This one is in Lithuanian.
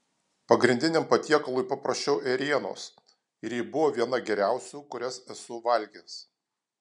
pagrindiniam patiekalui paprašiau ėrienos ir ji buvo viena geriausių kurias esu valgęs